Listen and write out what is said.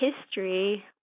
history